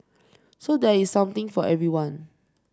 so there is something for everyone